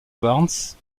barnes